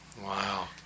Wow